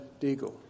Deagle